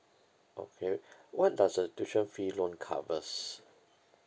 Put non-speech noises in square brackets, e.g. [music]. okay [breath] what does the tuition fee loan covers